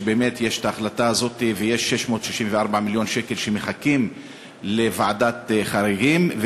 שבאמת יש ההחלטה הזאת ויש 664 מיליון שקל שמחכים לוועדת חריגים.